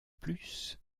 plus